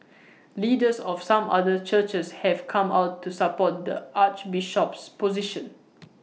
leaders of some other churches have come out to support the Archbishop's position